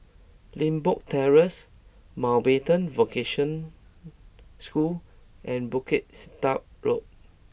Limbok Terrace Mountbatten Vocational School and Bukit Sedap Road